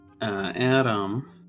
Adam